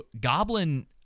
goblin